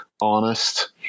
honest